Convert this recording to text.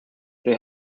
they